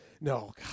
No